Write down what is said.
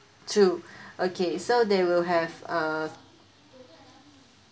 two okay so they will have a